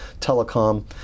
telecom